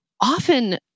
often